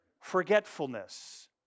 forgetfulness